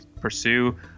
pursue